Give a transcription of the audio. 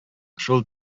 шул